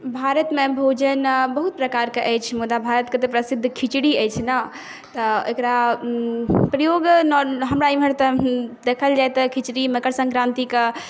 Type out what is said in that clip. भारतमे भोजन बहुत प्रकारके अछि मुदा भारतके तऽ प्रसिद्ध खिचड़ी अछि ने तऽ एकरा प्रयोग हमरा इमहर तऽ देखल जाइ तऽ खिचड़ी मकर संक्रान्तिके